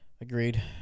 Agreed